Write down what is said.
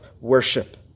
worship